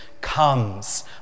comes